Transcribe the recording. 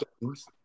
games